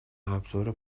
ابزار